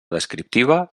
descriptiva